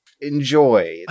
enjoy